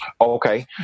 Okay